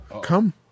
Come